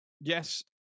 yes